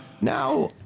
Now